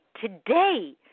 today